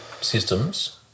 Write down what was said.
systems